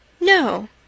No